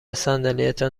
صندلیتان